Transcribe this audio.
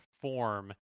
form